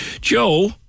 Joe